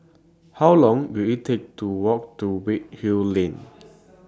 How Long Will IT Take to Walk to Redhill Lane